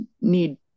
need